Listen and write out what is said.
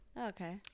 Okay